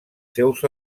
seus